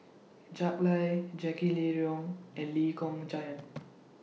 Jack Lai Jackie Lee and Lee Kong Chian